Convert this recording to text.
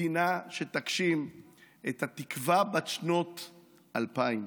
מדינה שתגשים את התקווה בת שנות אלפיים.